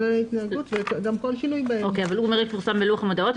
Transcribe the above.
הוא אומר יפורסם בלוח המודעות,